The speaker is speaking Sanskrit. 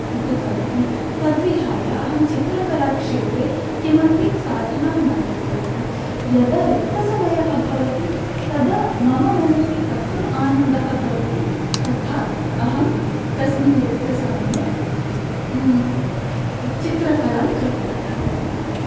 भूतवति तद्विहाय अहं चित्रकलाक्षेत्रे किमपि साधनां न कृतवती यदा रिक्तसमयः भवति तदा मम मनसि कथम् आनन्दः भवति तथा अहं तस्मिन् रिक्तसमये चित्रकलां कृतवती तावदेव